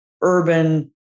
urban